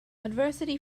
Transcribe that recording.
adversity